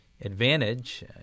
advantage